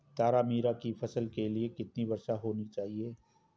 तारामीरा की फसल के लिए कितनी वर्षा होनी चाहिए?